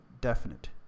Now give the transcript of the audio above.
definite